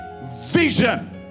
vision